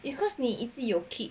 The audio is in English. if cause 你一直有 keep